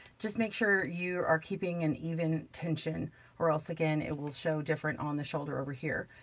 just make sure you are keeping an even tension or else again, it will show different on the shoulder over here.